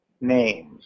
names